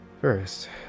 First